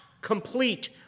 complete